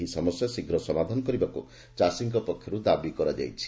ଏହି ସମସ୍ୟା ଶୀଘ୍ର ସମାଧାନ କରିବାକୁ ଚାଷୀଙ୍କ ପକ୍ଷରୁ ଦାବି ହୋଇଛି